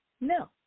No